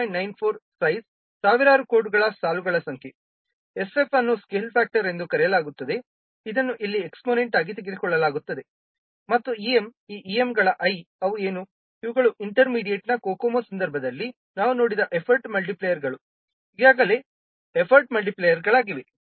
94 size ಸಾವಿರಾರು ಕೋಡ್ಗಳ ಸಾಲುಗಳ ಸಂಖ್ಯೆ sf ಅನ್ನು ಸ್ಕೇಲ್ ಫ್ಯಾಕ್ಟರ್ ಎಂದು ಕರೆಯಲಾಗುತ್ತದೆ ಇದನ್ನು ಇಲ್ಲಿ ಎಕ್ಸ್ಪೋನೆಂಟ್ ಆಗಿ ತೆಗೆದುಕೊಳ್ಳಲಾಗುತ್ತದೆ ಮತ್ತು em ಈ emಗಳ i ಅವು ಏನು ಇವುಗಳು ಇಂಟರ್ ಮೀಡಿಯಟ್ನ COCOMO ಸಂದರ್ಭದಲ್ಲಿ ನಾವು ನೋಡಿದ ಎಫರ್ಟ್ ಮಲ್ಟಿಪ್ಲಿಯರ್ಗಳು ಈಗಾಗಲೇ ಎಫರ್ಟ್ ಮಲ್ಟಿಪ್ಲಿಯರ್ಗಳಾಗಿವೆ